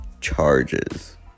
Charges